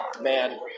man